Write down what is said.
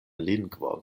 lingvon